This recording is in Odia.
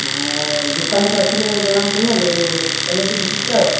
ଆଉ ଦୋକାନକୁ ଆସିଲେ ଜଣା ପଡ଼ିବ କ୍ୱାଲିଟି ଦେଖିକି ଆଉ